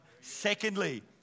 Secondly